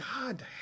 God